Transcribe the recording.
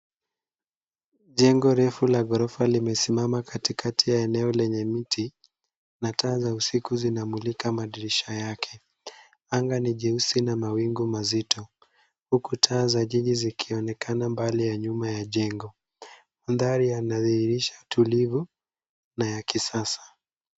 Jengo refu la ghorofa limesimama katikati ya eneo lenye miti, na taa za usiku zinamlika madirisha yake. Anga ni jeusi na mawingu mazito huku taa za jiji zikionekana mbali ya nyuma ya jengo. Mandhari yanadhihirisha utulivu na ya kisasa.